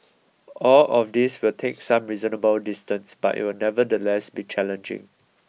all of these will take some reasonable distance but it will nevertheless be challenging